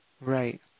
Right